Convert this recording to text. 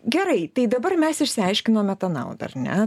gerai tai dabar mes išsiaiškinome tą naudą ar ne